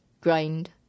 grind